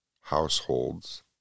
households